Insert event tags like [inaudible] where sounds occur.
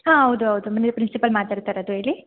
ಹಾಂ ಹೌದು ಹೌದು [unintelligible] ಪ್ರಿನ್ಸಿಪಲ್ ಮಾತಾಡ್ತಾಯಿರೋದು ಹೇಳಿ